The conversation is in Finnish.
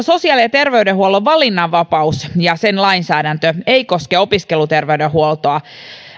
sosiaali ja terveydenhuollon valinnanvapaus ja sen lainsäädäntö ei koske opiskeluterveydenhuoltoa